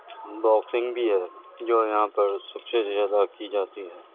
boxing بھی ہے جو یہاں پر سب سے زیادہ کی جاتی ہے